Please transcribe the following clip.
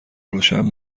روشن